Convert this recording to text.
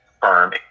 firm